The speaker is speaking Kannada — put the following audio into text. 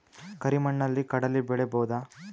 ಕರಿ ಮಣ್ಣಲಿ ಕಡಲಿ ಬೆಳಿ ಬೋದ?